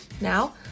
Now